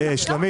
שלומית,